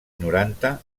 noranta